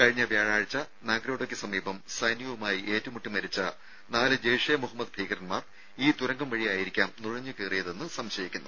കഴിഞ്ഞ വ്യാഴാഴ്ച നാഗ്രോഡയ്ക്ക് സമീപം സൈന്യവുമായി ഏറ്റുമുട്ടി മരിച്ച നാല് ജെയ്ഷെ മുഹമ്മദ് ഭീകരന്മാർ ഈ തുരങ്കം വഴിയായിരിക്കാം നുഴഞ്ഞു കയറിയതെന്ന് സംശയിക്കുന്നു